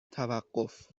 توقف